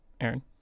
Aaron